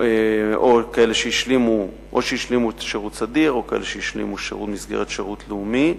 כאלה שהשלימו שירות סדיר וכאלה שהשלימו שירות במסגרת שירות לאומי,